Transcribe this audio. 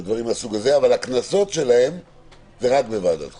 אבל הקנסות הן רק בוועדת החוקה.